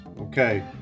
Okay